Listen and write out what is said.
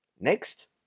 Next